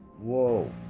Whoa